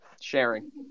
sharing